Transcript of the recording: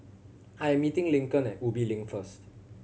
I'm meeting Lincoln at Ubi Link first